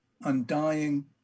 undying